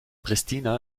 pristina